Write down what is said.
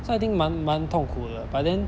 so I think 蛮蛮痛苦的 but then